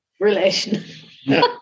Relation